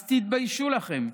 אז תתביישו לכם.